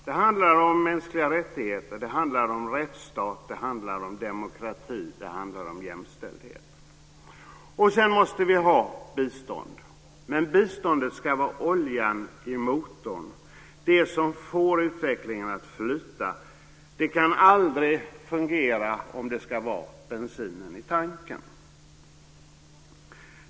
Det handlar om mänskliga rättigheter, det handlar om rättsstat, det handlar om demokrati och det handlar om jämställdhet. Vi måste också ha ett bistånd. Men biståndet ska vara oljan i motorn - det som får utvecklingen att flyta. Det kan aldrig fungera om det ska vara bensinen i tanken.